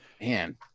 Man